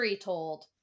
told